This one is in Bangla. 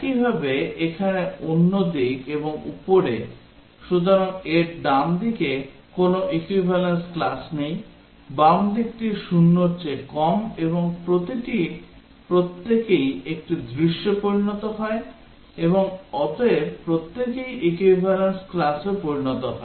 একইভাবে এখানে অন্য দিক এবং উপরে সুতরাং এর ডানদিকে কোনও equivalence class নেই বাম দিকটি 0 এর চেয়ে কম এবং তারপরে প্রতিটি প্রত্যেকেই একটি দৃশ্যে পরিণত হয় এবং অতএব প্রত্যেকেই equivalence classতে পরিণত হয়